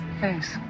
thanks